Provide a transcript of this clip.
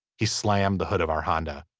he slammed the hood of our honda.